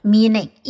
Meaning